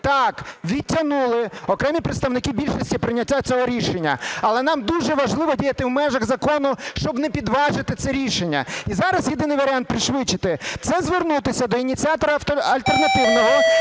так, відтягнули окремі представники більшості прийняття цього рішення. Але нам дуже важливо діяти в межах закону, щоб не підважити це рішення. І зараз єдиний варіант підшвидшити – це звернутися до ініціатора альтернативного,